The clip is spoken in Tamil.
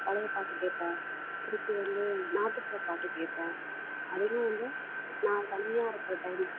பழைய பாட்டுக் கேட்பேன் திருப்பி வந்து நாட்டுப்புற பாட்டும் கேட்பேன் அதிகமாக வந்து நான் தனியாக இருக்கற டைம்